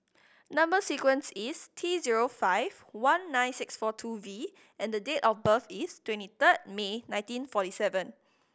number sequence is T zero five one nine six four two V and the date of birth is twenty third May nineteen forty seven